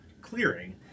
clearing